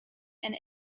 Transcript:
and